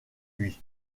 lui